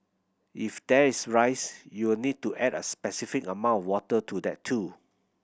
if there is rice you'll need to add a specified amount water to that too